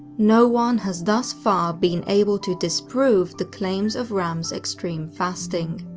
no one has thus far been able to disprove the claims of ram's extreme fasting.